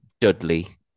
Dudley